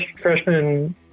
freshman